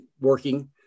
working